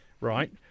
right